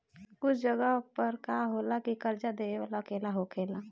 कुछ जगह पर का होला की कर्जा देबे वाला अकेला होखेला